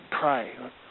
pray